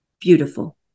beautiful